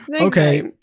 okay